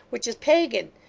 which is pagin.